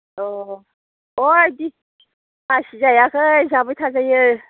अह अह बिदि बासिजाखै जाबाय थाजायो